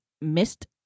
missed